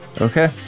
Okay